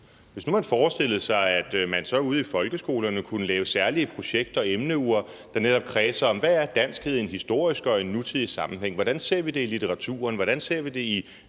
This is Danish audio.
hvis nu man forestillede sig, at man ude i folkeskolerne kunne lave særlige projekt- og emneuger, der netop kredsede om: Hvad er danskheden i en historisk og i en nutidig sammenhæng? Hvordan ser vi det i litteraturen?